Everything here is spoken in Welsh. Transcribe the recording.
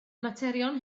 materion